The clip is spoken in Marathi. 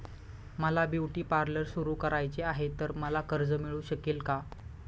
मला ब्युटी पार्लर सुरू करायचे आहे तर मला कर्ज मिळू शकेल का?